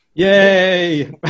Yay